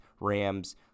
Rams